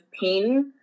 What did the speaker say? pain